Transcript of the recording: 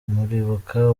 muribuka